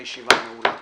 הישיבה נעולה.